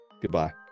Goodbye